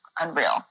unreal